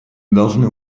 должны